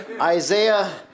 Isaiah